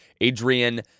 Adrian